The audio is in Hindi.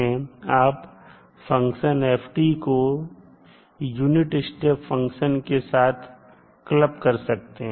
आप फंक्शन f को यूनिट स्टेप फंक्शन के साथ क्लब कर सकते हैं